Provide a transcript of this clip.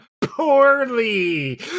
poorly